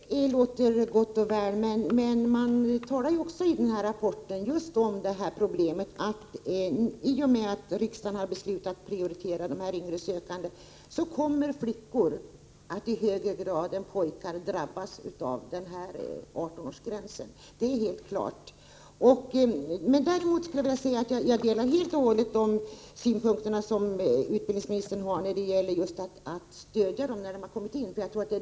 Fru talman! Det låter gott och väl, men man talar också i rapporten om det problem som hänger samman med att riksdagen beslutat att prioritera de yngre sökande, nämligen att flickor kommer att drabbas av 18-årsgränsen i högre grad än pojkar. Det är helt klart. Däremot delar jag helt och hållet de synpunkter som utbildningsministern anför när det gäller att man skall stödja flickorna när de har kommit in på dessa utbildningar.